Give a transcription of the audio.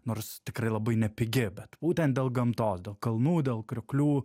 nors tikrai labai nepigi bet būtent dėl gamtos kalnų dėl krioklių